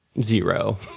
Zero